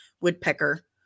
woodpecker